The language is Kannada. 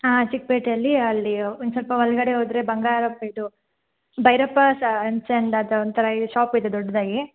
ಹಾಂ ಚಿಕ್ಕಪೇಟೆಯಲ್ಲಿ ಅಲ್ಲಿ ಒಂದು ಸ್ವಲ್ಪ ಒಳಗಡೆ ಹೋದ್ರೆ ಬಂಗಾರಪೇಟೆ ಬೈರಪ್ಪಾಸ್ ಆ್ಯಂಡ್ ಸಂಡ್ ಅದು ಒಂಥರ ಶಾಪ್ ಇದೆ ದೊಡ್ಡದಾಗಿ